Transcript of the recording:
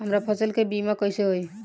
हमरा फसल के बीमा कैसे होई?